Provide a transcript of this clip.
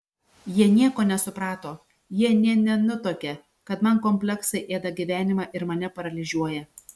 jie nieko nesuprato jie nė nenutuokia kad man kompleksai ėda gyvenimą ir mane paralyžiuoja